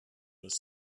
was